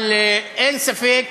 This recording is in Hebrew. אבל אין ספק